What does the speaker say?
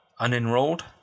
Unenrolled